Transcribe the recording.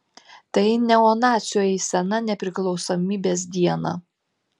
tai neonacių eisena nepriklausomybės dieną